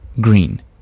green